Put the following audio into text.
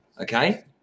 Okay